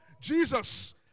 Jesus